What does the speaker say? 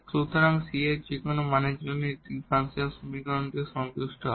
সুতরাং এই c এর যেকোনো মানের জন্য এই ডিফারেনশিয়াল সমীকরণটিও সন্তুষ্ট হবে